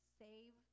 save